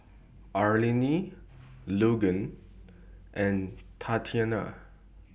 Arlene Logan and Tatiana